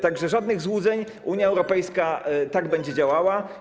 Tak że nie ma żadnych złudzeń, Unia Europejska tak będzie działała.